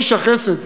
איש החסד,